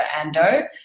Ando